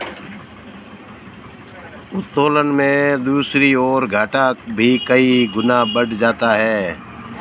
उत्तोलन में दूसरी ओर, घाटा भी कई गुना बढ़ जाता है